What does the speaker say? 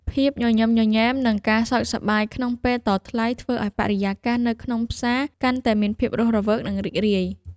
ភាពញញឹមញញែម និងការសើចសប្បាយក្នុងពេលតថ្លៃធ្វើឱ្យបរិយាកាសនៅក្នុងផ្សារកាន់តែមានភាពរស់រវើកនិងរីករាយ។